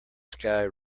sky